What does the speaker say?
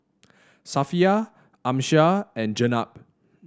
Safiya Amsyar and Jenab